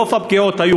רוב הפגיעות,